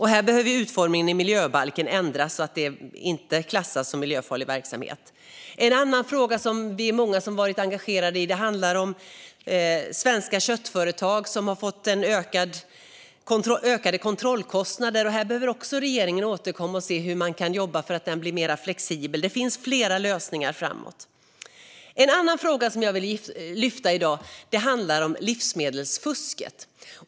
Här behöver utformningen i miljöbalken ändras så att det inte klassas som miljöfarlig verksamhet. En annan fråga som vi är många som har varit engagerade i handlar om svenska köttföretag som har fått ökade kontrollkostnader. Också här behöver regeringen återkomma och se hur man kan jobba för att detta ska kunna bli mer flexibelt. Det finns flera lösningar framåt. En annan fråga jag vill lyfta i dag handlar om livsmedelsfusket.